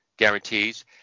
guarantees